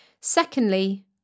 Secondly